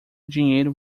dinheiro